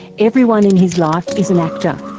everyone in his life is an actor,